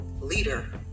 leader